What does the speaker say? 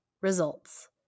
results